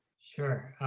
sure,